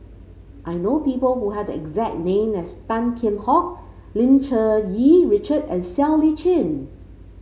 I know people who have the exact name as Tan Kheam Hock Lim Cherng Yih Richard and Siow Lee Chin